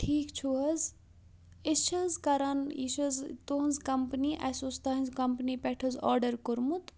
ٹھیٖک چھُو حظ أسۍ چھِ حظ کران یہِ چھِ حظ تُہٕنٛز کَمپٔنی اَسہِ اوس تُہٕنٛزِ کَمپٔنی پٮ۪ٹھ حظ آرڈَر کوٚرمُت